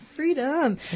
Freedom